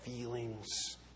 feelings